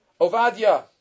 Ovadia